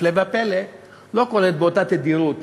הפלא ופלא, לא קורית באותה תדירות